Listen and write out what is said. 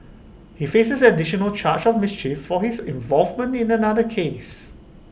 he faces additional charge of mischief for his involvement in another case